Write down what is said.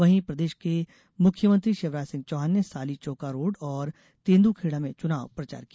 वहीं प्रदेश के मुख्यमंत्री शिवराज सिंह चौहान ने सालीचोका रोड़ और तेंदुखेड़ा में चुनाव प्रचार किया